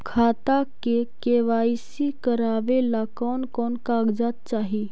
खाता के के.वाई.सी करावेला कौन कौन कागजात चाही?